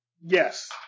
Yes